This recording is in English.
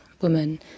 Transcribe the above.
woman